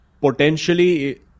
potentially